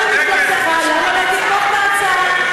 אתה ומפלגתך, למה לא תתמוך בהצעה?